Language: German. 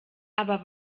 aber